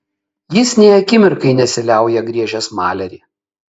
jis nė akimirkai nesiliauja griežęs malerį